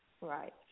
Right